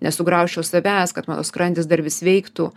nesugraužčiau savęs kad mano skrandis dar vis veiktų